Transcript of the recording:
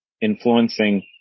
influencing